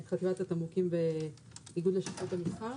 חטיבת התמרוקים באיגוד לשכות המסחר.